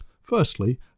Firstly